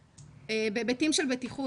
בהיבטים של בטיחות,